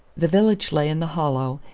the village lay in the hollow,